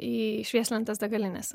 į švieslentes degalinėse